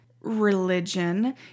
religion